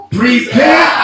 prepare